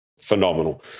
phenomenal